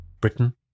Britain